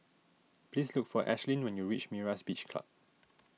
please look for Ashlyn when you reach Myra's Beach Club